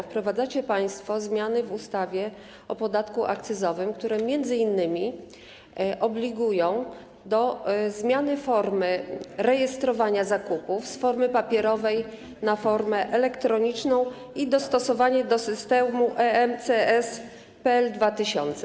Wprowadzacie państwo zmiany w ustawie o podatku akcyzowym, które m.in. obligują do zmiany formy rejestrowania zakupów z formy papierowej na formę elektroniczną i dostosowania do systemu EMCS PL 2000.